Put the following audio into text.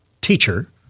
teacher